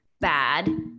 bad